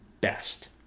best